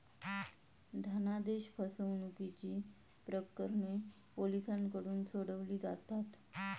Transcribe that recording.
धनादेश फसवणुकीची प्रकरणे पोलिसांकडून सोडवली जातात